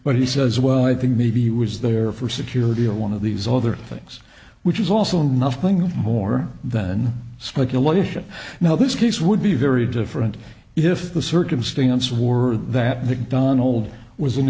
but he says well i think maybe was there for security or one of these other things which is also nothing more than speculation now this case would be very different if the circumstances were that mcdonald was an